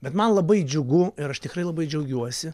bet man labai džiugu ir aš tikrai labai džiaugiuosi